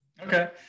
Okay